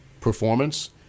performance